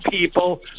people